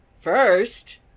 First